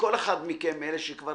שכל אחד מכם מאלה שכבר